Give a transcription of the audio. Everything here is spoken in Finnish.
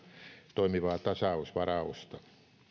toimivaa tasausvarausta